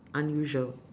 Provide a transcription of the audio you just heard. unusual